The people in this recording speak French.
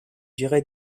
durée